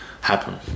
happen